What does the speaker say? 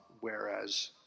whereas